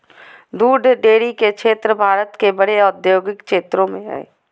दूध डेरी के क्षेत्र भारत के बड़े औद्योगिक क्षेत्रों में हइ